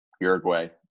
Uruguay